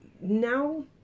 now